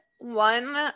one